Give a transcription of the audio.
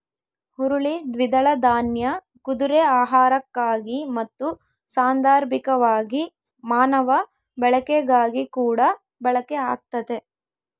ಹುರುಳಿ ದ್ವಿದಳ ದಾನ್ಯ ಕುದುರೆ ಆಹಾರಕ್ಕಾಗಿ ಮತ್ತು ಸಾಂದರ್ಭಿಕವಾಗಿ ಮಾನವ ಬಳಕೆಗಾಗಿಕೂಡ ಬಳಕೆ ಆಗ್ತತೆ